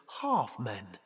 half-men